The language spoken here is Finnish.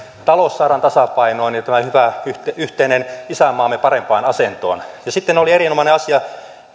talous saadaan tasapainoon ja tämä hyvä yhteinen isänmaamme parempaan asentoon sitten oli erinomainen asia